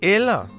Eller